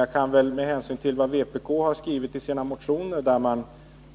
Jag kan dock med hänsyn till vad vpk har skrivit i sina motioner, där man